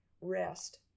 rest